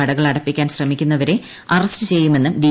കടകൾ അടപ്പിക്കാൻ ശ്രമിക്കുന്നവരെ ഉടനടി അറസ്റ്റ് ചെയ്യുമെന്ന് ഡി